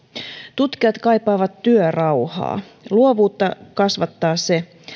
tutkijat kaipaavat työrauhaa luovuutta kasvattaa se